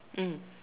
mm